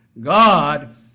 God